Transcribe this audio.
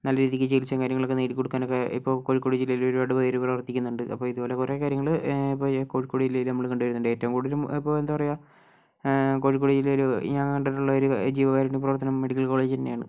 നല്ല രീതിയ്ക്ക് ചികിത്സയും കാര്യങ്ങളൊക്കെ നേടി കൊടുക്കാനൊക്കെ ഇപ്പോൾ കോഴിക്കോട് ജില്ലയിൽ ഒരുപാട് പേര് പ്രവർത്തിക്കുന്നുണ്ട് അപ്പോൾ ഇതുപോലെ കുറേ കാര്യങ്ങൾ ഇപ്പോൾ ഈ കോഴിക്കോട് ജില്ലയിൽ നമ്മൾ കണ്ടു വരുന്നുണ്ട് ഏറ്റവും കൂടുതലും ഇപ്പോൾ എന്താ പറയുക കോഴിക്കോട് ജില്ലയിൽ ഞാൻ കണ്ടിട്ടുള്ളൊരു ജീവകാരുണ്യ പ്രവർത്തനം മെഡിക്കൽ കോളേജ് തന്നെയാണ്